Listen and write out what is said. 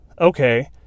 okay